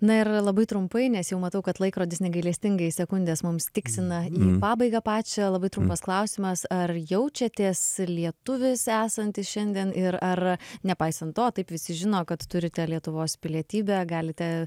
na ir labai trumpai nes jau matau kad laikrodis negailestingai sekundes mums tiksina į pabaigą pačią labai trumpas klausimas ar jaučiatės lietuvis esantis šiandien ir ar nepaisant to taip visi žino kad turite lietuvos pilietybę galite